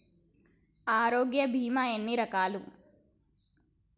ఆరోగ్య బీమా ఎన్ని రకాలు?